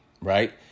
right